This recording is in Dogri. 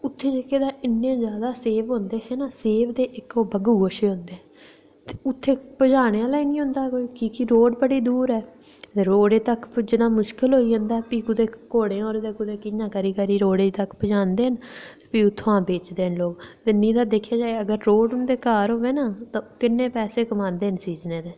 उत्थै जेह्के इन्ने जादा सेव होंदे हे ना सेव ते इक्क ओह् बग्गू गोशे होंदे ते उत्थै पजाने आह्ला गै निं होंदा कोई क्योंकि रोड़ बड़ी दूर ऐ रोड़ै तगर पुज्जना मुश्कल होई जंदा ते भी कुदै घोड़े पर जां कियां कियां करी रोड़ै पर पजांदे न प्ही उत्थुआं बेचदे न लोग ते नेईं तां दिक्खेआ जाए ते रोड़ उंटदे घर होऐ ना तां किन्नै पैसे कमांदे न सीज़नै दे